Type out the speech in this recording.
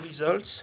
results